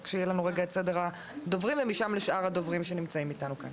רק שיהיה לנו רגע את סדר הדוברים ומשם לשאר הדוברים שנמצאים איתנו כאן,